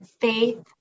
faith